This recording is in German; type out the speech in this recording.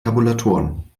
tabulatoren